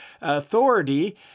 authority